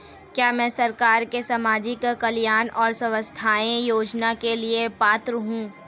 क्या मैं सरकार के सामाजिक कल्याण और स्वास्थ्य योजना के लिए पात्र हूं?